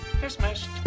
Dismissed